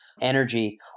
energy